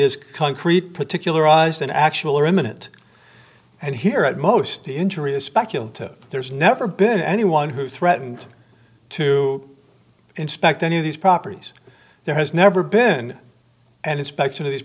is concrete particularized than actual or imminent and here at most the injury is speculative there's never been anyone who threatened to inspect any of these properties there has never been and inspection of these